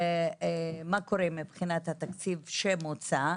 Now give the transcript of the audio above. מה קורה מבחינת התקציב שמוצע?